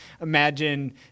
imagine